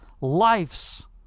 lives